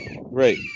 Right